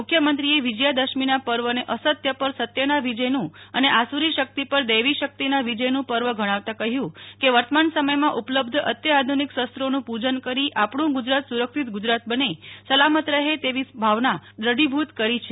મુખ્ય મંત્રીએ વિજયા દશમીના પર્વને અસત્ય પર સત્યના વિજયનું અને આસુરી શકિત પર દૈવી શકિતના વિજયનું પર્વ ગણાવતા કહ્યું કે વર્તમાન સમયમાં ઉપલબ્ધ અત્યાધુનિક શસ્ત્રોનું પૂજન કરી આપણું ગુજરાત સુરક્ષિત ગુજરાત બને સલામત રહે તેવી ભાવના દ્રઢીભૂત કરી છે